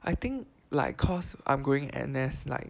I think like cause I'm going N_S like